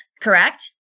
correct